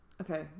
Okay